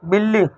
بلّی